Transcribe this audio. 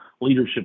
leadership